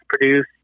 produce